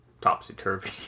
topsy-turvy